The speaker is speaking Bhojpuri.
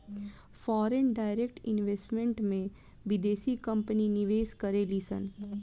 फॉरेन डायरेक्ट इन्वेस्टमेंट में बिदेसी कंपनी निवेश करेलिसन